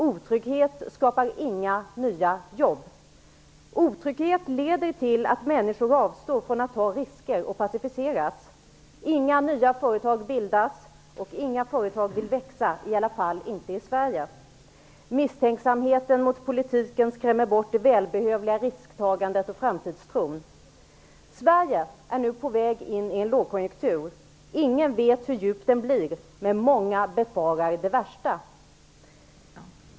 Otrygghet skapar inga nya jobb. Otrygghet leder till att människor avstår från att ta risker och passiviseras. Inga nya företag bildas, och inga företag vill växa, i alla fall inte i Sverige. Misstänksamheten mot politiken skrämmer bort det välbehövliga risktagandet och framtidstron. Sverige är nu på väg in i en lågkonjunktur. Ingen vet hur djup den blir, men många befarar det värsta.